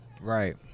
Right